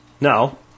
no